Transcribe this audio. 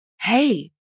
hey